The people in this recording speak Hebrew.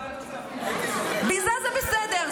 ביזה זה בסדר.